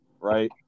right